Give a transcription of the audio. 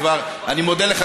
אני מודה לך.